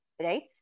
right